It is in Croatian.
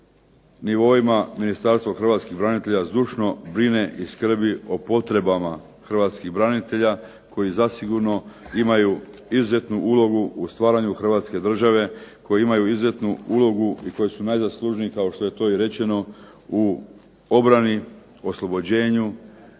nivoima Ministarstvo hrvatskih branitelja zdušno brine i skrbi o potrebama hrvatskih branitelja koji zasigurno imaju izuzetnu ulogu u stvaranju Hrvatske države, koji imaju izuzetnu ulogu i koji su najzaslužniji kao što je to i rečeno o obrani, oslobođenju